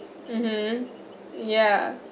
mmhmm ya